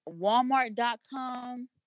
walmart.com